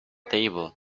table